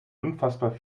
unfassbar